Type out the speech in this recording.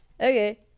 Okay